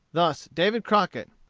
thus david crockett,